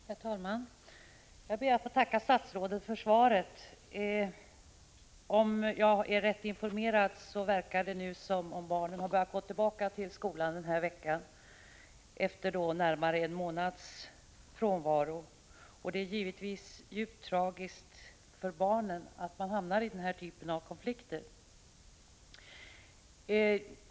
Herr talman! Jag ber att få tacka statsrådet för svaret. Om jag är rätt informerad, verkar det nu som om barnen har börjat gå tillbaka till skolan den här veckan, efter närmare en månads frånvaro. Det är givetvis djupt tragiskt för barnen att man hamnar i konflikter av den typ som det är fråga om här.